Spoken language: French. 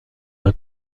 d’un